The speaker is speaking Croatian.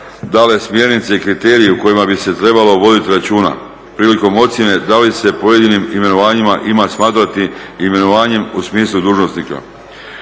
dale smjernice i kriteriji o kojima bi se trebalo voditi računa prilikom ocjene da li se pojedinim imenovanjima ima smatrati imenovanjem u smislu dužnosnika.